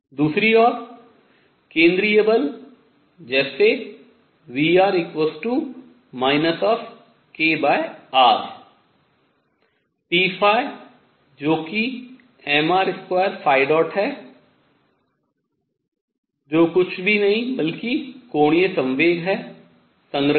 दूसरी ओर केंद्रीय बल जैसे V kr pजो कि mr2̇ है जो कुछ नहीं है बल्कि कोणीय संवेग है संरक्षित